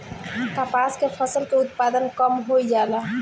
कपास के फसल के उत्पादन कम होइ जाला?